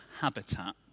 habitat